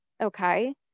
Okay